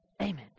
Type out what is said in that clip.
Amen